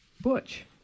Butch